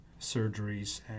surgeries